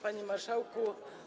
Panie Marszałku!